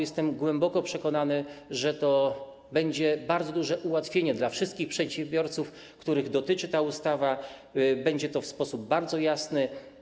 Jestem głęboko przekonany, że to będzie bardzo duże ułatwienie dla wszystkich przedsiębiorców, których dotyczy ta ustawa, będzie to w sposób bardzo jasny.